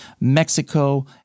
Mexico